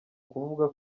kuvuga